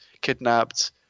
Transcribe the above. kidnapped